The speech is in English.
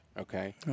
Okay